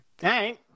hey